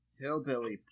Hillbilly